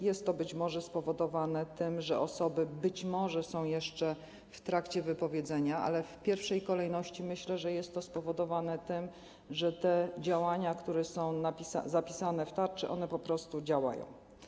Jest to być może spowodowane tym, że osoby te są jeszcze w trakcie wypowiedzenia, ale w pierwszej kolejności, myślę, że jest to spowodowane tym, że te działania, które są zapisane w tarczy, po prostu działają.